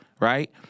right